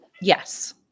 Yes